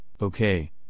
okay